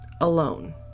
alone